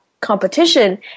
competition